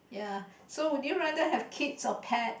ya so would you rather have kids or pet